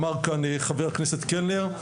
אמר כאן חבר הכנסת קלנר,